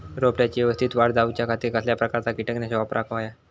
रोपट्याची यवस्तित वाढ जाऊच्या खातीर कसल्या प्रकारचा किटकनाशक वापराक होया?